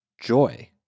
joy